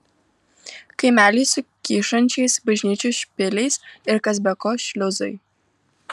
kaimeliai su kyšančiais bažnyčių špiliais ir kas be ko šliuzai